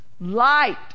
light